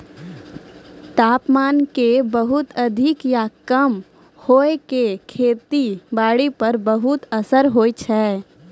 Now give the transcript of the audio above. तापमान के बहुत अधिक या कम होय के खेती बारी पर बहुत असर होय छै